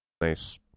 Nice